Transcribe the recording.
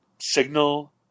Signal